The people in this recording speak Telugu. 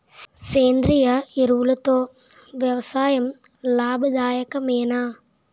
సేంద్రీయ ఎరువులతో వ్యవసాయం లాభదాయకమేనా?